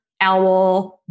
owl